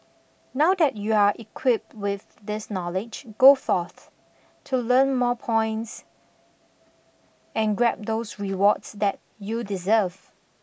now that you're equipped with this knowledge go forth to earn more points and grab those rewards that you deserve